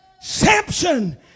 Samson